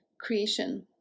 creation